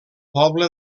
poble